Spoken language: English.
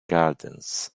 gardens